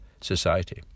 society